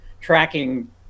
tracking